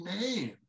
name